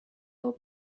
old